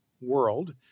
world